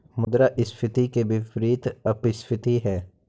मुद्रास्फीति के विपरीत अपस्फीति है